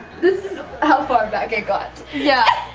this is how far back i got. yeah,